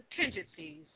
contingencies